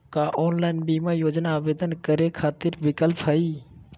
का ऑनलाइन बीमा योजना आवेदन करै खातिर विक्लप हई?